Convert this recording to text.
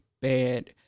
bad